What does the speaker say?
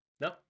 No